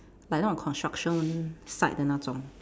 like construction site 的那种